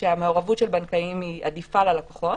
שהמעורבות של בנקאים עדיפה ללקוחות,